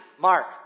Mark